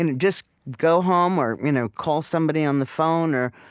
and just go home or you know call somebody on the phone or,